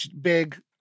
big